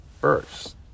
first